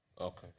Okay